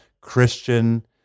Christian